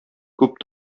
күп